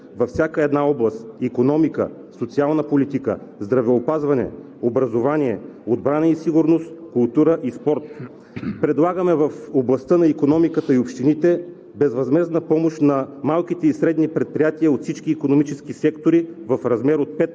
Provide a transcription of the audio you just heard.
във всяка област – икономика, социална политика, здравеопазване, образование, отбрана и сигурност, култура и спорт. Предлагаме в областта на икономиката и общините безвъзмездна помощ на малките и средни предприятия от всички икономически сектори в размер от 5